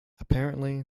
apparently